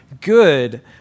good